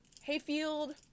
Hayfield